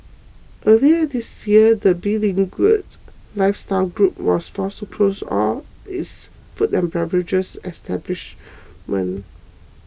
earlier this year the beleaguered lifestyle group was forced to close all its food and beverage establishments